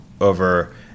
over